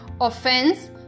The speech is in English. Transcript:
Offense